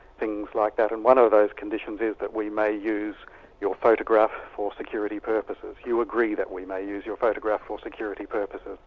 things like that, and one of those conditions is that we may use your photograph for security purposes. you agree that we may use your photograph for security purposes.